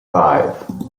five